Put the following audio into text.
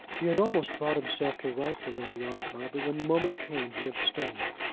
he had almost brought himself to write to lady ongar, but when the moment came he abstained.